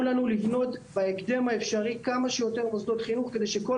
לנו לבנות בהקדם האפשרי כמה שיותר מוסדות חינוך כדי שכל